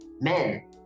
men